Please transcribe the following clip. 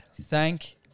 Thank